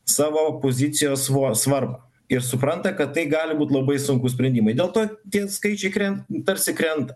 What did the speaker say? savo pozicijos vo svarbą ir supranta kad tai gali būt labai sunkūs sprendimai dėl to tien skaičiai kren tarsi krenta